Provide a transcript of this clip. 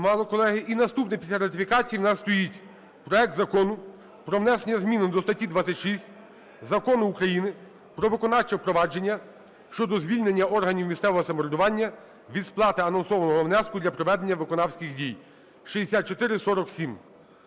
І наступне після ратифікацій - у нас стоїть проект Закону про внесення зміни до статті 26 Закону України "Про виконавче провадження" щодо звільнення органів місцевого самоврядування від сплати авансового внеску для проведення виконавчих дій (6447).